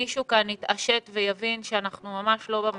מישהו כאן התעשת ויבין שאנחנו ממש לא ממש